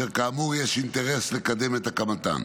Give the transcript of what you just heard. אשר כאמור יש אינטרס לקדם את הקמתן.